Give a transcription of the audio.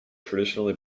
traditionally